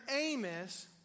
Amos